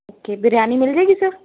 okay biryani ਮਿਲ ਜੇਗੀ sir